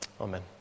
Amen